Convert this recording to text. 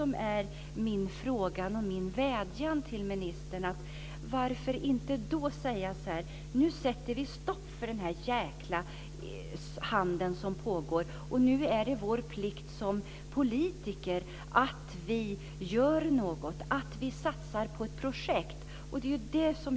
Min vädjan till ministern är att vi nu ska sätta stopp för denna jäkla handel som pågår. Nu är det vår plikt som politiker att göra något, att satsa på ett projekt.